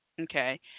Okay